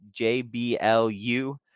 JBLU